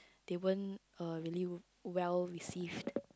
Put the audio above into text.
they won't really well receive